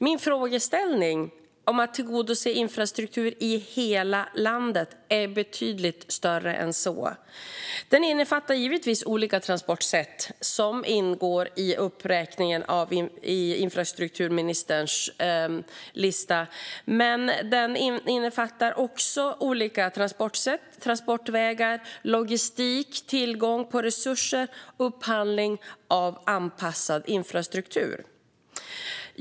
Min frågeställning om att tillgodose behovet av infrastruktur i hela landet är betydligt större än så. Den innefattar givetvis olika transportsätt som ingår i infrastrukturministerns uppräkning. Men den innefattar också olika transportvägar, logistik, tillgång till resurser och upphandling av anpassad infrastruktur.